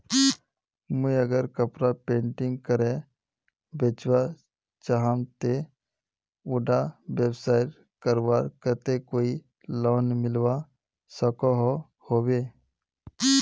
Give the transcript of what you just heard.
मुई अगर कपड़ा पेंटिंग करे बेचवा चाहम ते उडा व्यवसाय करवार केते कोई लोन मिलवा सकोहो होबे?